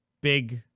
big